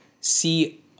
see